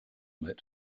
met